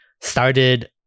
started